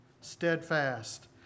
steadfast